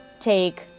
take